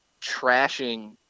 trashing